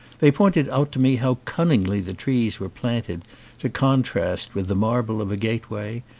they pointed out to me how cunningly the trees were planted to contrast with the marble of a gateway,